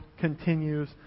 continues